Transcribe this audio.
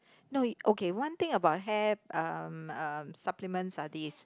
no okay one thing about hair um um supplements are these